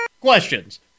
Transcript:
questions